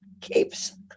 keeps